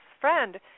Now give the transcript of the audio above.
friend